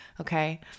Okay